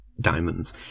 diamonds